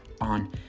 on